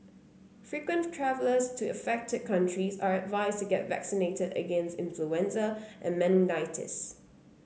frequent travellers to affected countries are advised to get vaccinated against influenza and meningitis